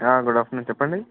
good afternoon చెప్పండి